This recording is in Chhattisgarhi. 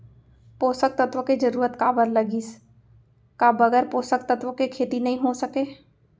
पोसक तत्व के जरूरत काबर लगिस, का बगैर पोसक तत्व के खेती नही हो सके?